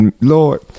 Lord